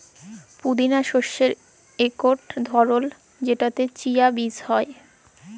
পুদিলা শস্যের ইকট ধরল যেটতে চিয়া বীজ হ্যয়